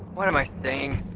what am i saying?